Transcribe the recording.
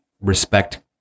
respect